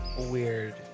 weird